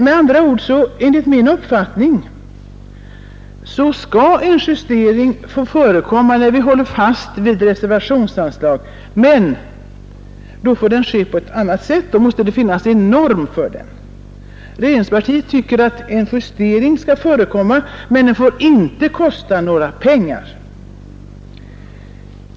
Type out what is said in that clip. Med andra ord: Enligt min uppfattning måste en justering få förekomma när vi håller fast vid reservationsanslag, men då får den ske på annat sätt; då måste det finnas en norm för den. Regeringspartiet tycker att en justering skall förekomma, men den får inte kosta några pengar.